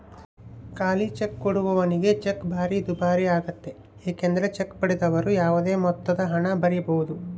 ಖಾಲಿಚೆಕ್ ಕೊಡುವವನಿಗೆ ಚೆಕ್ ಭಾರಿ ದುಬಾರಿಯಾಗ್ತತೆ ಏಕೆಂದರೆ ಚೆಕ್ ಪಡೆದವರು ಯಾವುದೇ ಮೊತ್ತದಹಣ ಬರೆಯಬೊದು